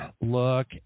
look